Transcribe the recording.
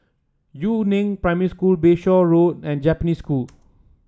Yu Neng Primary School Bayshore Road and Japanese School